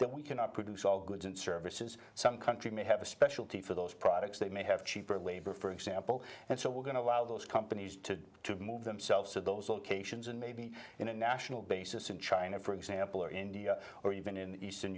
that we cannot produce all goods and services some country may have a specialty for those products they may have cheaper labor for example and so we're going to allow those companies to move themselves to those locations and maybe in a national basis in china for example or india or even in eastern